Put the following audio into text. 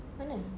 mana